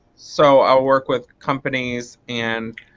so i'll work with companies and